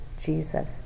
Jesus